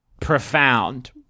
profound